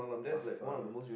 pasar